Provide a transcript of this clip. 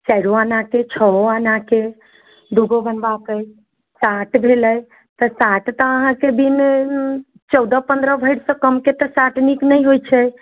चारिओ आनाके छओ आनाके दू गो बनबाके अइ साट भेलै तऽ साट तऽ अहाँकेँ बिन चौदह पन्द्रह भरिसँ कमके तऽ साट नीक नहि होइत छै